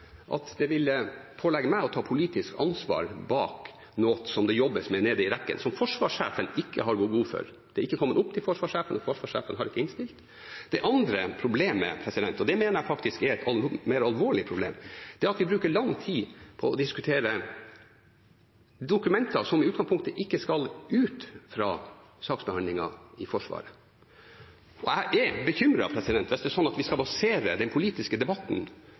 jobbes med nede i rekkene, og som forsvarssjefen ikke har gått god for. Det har ikke kommet opp til forsvarssjefen. Forsvarssjefen har ikke innstilt. Det andre problemet, og det mener jeg faktisk er et mer alvorlig problem, er at vi bruker lang tid på å diskutere dokumenter som i utgangspunktet ikke skal ut fra saksbehandlingen i Forsvaret. Jeg er bekymret hvis det er slik at vi skal basere den politiske debatten